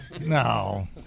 no